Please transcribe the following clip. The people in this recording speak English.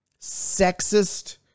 sexist